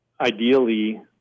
ideally